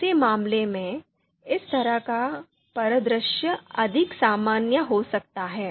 ऐसे मामले में इस तरह का परिदृश्य अधिक सामान्य हो सकता है